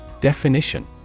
Definition